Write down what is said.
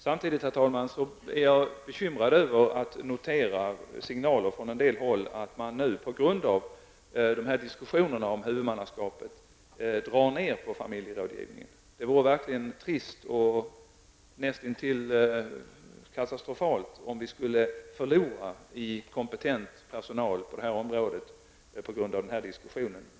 Samtidigt är jag bekymrad över att behöva notera signaler från en del håll om att man nu på grund av diskussionerna om huvudmannaskapet drar ned på familjerådgivningen. Det vore verkligen trist och näst intill katastrofalt, om vi skulle förlora kompetent personal på det här området på grund av denna diskussion.